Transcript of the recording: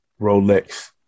Rolex